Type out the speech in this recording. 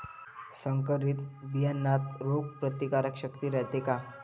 संकरित बियान्यात रोग प्रतिकारशक्ती रायते का?